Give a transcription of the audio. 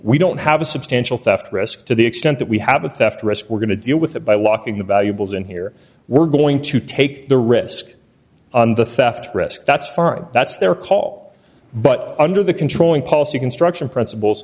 we don't have a substantial theft risk to the extent that we have a theft risk we're going to deal with it by locking the valuables in here we're going to take the risk on the theft risk that's far that's their call but under the controlling policy construction principles